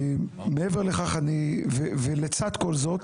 מעבר לכך ולצד כל זאת,